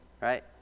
right